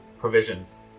provisions